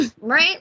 Right